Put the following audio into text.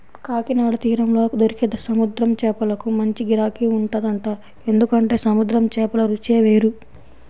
కాకినాడ తీరంలో దొరికే సముద్రం చేపలకు మంచి గిరాకీ ఉంటదంట, ఎందుకంటే సముద్రం చేపల రుచే వేరు